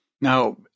Now